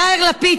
יאיר לפיד,